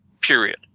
period